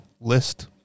list